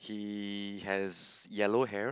he has yellow hair